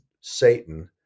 Satan